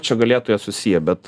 čia galėtų jie susiję bet